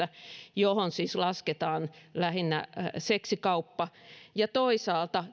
johon siis lasketaan lähinnä seksikauppa ja toisaalta